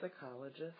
psychologist